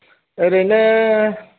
ओरैनो